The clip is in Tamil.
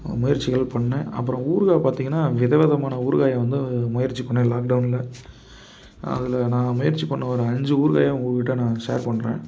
முயற்சிகள் பண்ணிணேன் அப்புறம் ஊறுகாய் பார்த்திங்கன்னா விதவிதமான ஊறுகாய் வந்து முயற்சி பண்ணிணேன் லாக்டவுன்ல அதில் நான் முயற்சி பண்ண ஒரு அஞ்சு ஊறுகாயை உங்கக்கிட்ட நான் ஷேர் பண்ணுறேன்